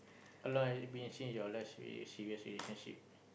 how long has it been since your last serious relationship